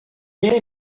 viene